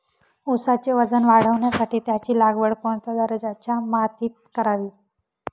ऊसाचे वजन वाढवण्यासाठी त्याची लागवड कोणत्या दर्जाच्या मातीत करावी?